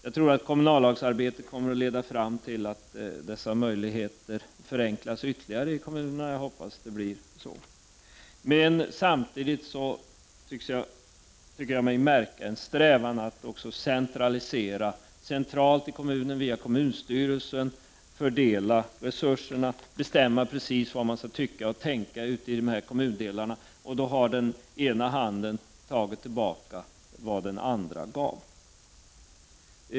Jag tror att kommunallagsarbetet kommer att leda fram till att dessa möjligheter vidgas för kommunerna. Jag hoppas att det blir så. Samtidigt tycker jag mig märka en strävan att centralt i kommunen via kommunstyrelsen fördela resurserna, bestämma precis vad man skall tycka och tänka i kommundelarna. Då har den ena handen tagit tillbaka vad den andra gav.